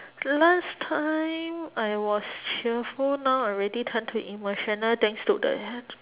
last time I was cheerful now I already turn to emotional thanks to the